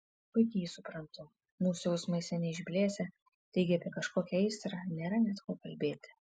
puikiai jį suprantu mūsų jausmai seniai išblėsę taigi apie kažkokią aistrą nėra net ko kalbėti